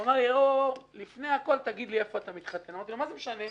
הוא אמר לי: "לפני הכול תגיד לי איפה אתה מתחתן." שאלתי: "מה זה משנה?"